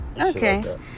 Okay